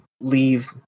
leave